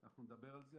אנחנו נדבר על זה.